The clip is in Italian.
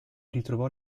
ritrovò